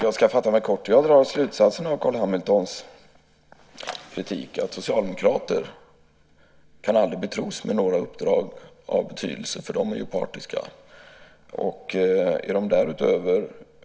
Herr talman! Jag drar slutsatsen av Carl Hamiltons kritik att socialdemokrater aldrig kan betros med några uppdrag av betydelse eftersom de är partiska.